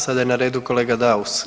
Sada je na redu kolega Daus.